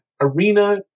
arena